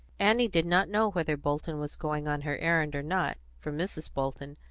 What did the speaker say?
annie did not know whether bolton was going on her errand or not, from mrs. bolton,